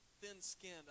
thin-skinned